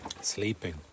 Sleeping